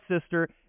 sister